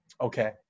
Okay